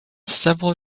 several